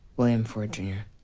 william ford, jr.